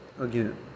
Again